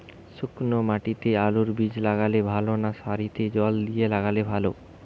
শুক্নো মাটিতে আলুবীজ লাগালে ভালো না সারিতে জল দিয়ে লাগালে ভালো?